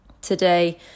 today